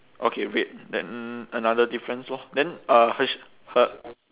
okay red then another difference lor then uh her sh~ her